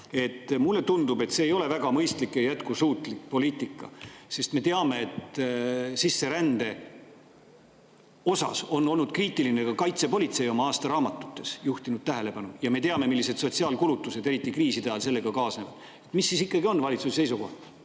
Mulle tundub, et see ei ole väga mõistlik ja jätkusuutlik poliitika, sest me teame, et sisserände puhul on olnud kriitiline ka kaitsepolitsei oma aastaraamatutes ja on juhtinud sellele tähelepanu. Ja me teame, millised sotsiaalkulutused, eriti kriiside ajal, sellega kaasnevad. Mis siis ikkagi on valitsuse seisukoht